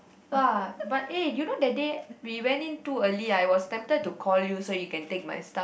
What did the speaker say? !wah! but eh you know that day we went in too early I was tempted to call you so you can take my stuff